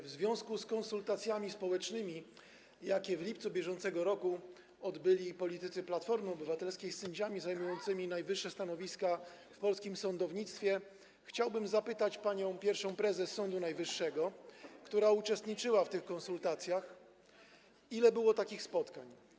W związku z konsultacjami społecznymi, jakie w lipcu br. odbyli politycy Platformy Obywatelskiej z sędziami zajmującymi najwyższe stanowiska w polskim sądownictwie, chciałbym zapytać panią pierwszą prezes Sądu Najwyższego, która uczestniczyła w tych konsultacjach: Ile było takich spotkań?